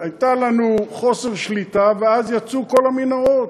היה לנו חוסר שליטה, ואז יצאו כל המנהרות.